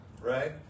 right